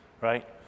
Right